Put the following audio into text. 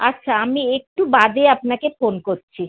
আচ্ছা আমি একটু বাদে আপনাকে ফোন করছি